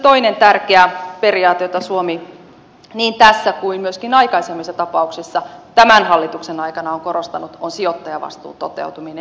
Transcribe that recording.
toinen tärkeä periaate jota suomi niin tässä kuin myöskin aikaisemmissa tapauksissa tämän hallituksen aikana on korostanut on sijoittajavastuun toteutuminen